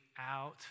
out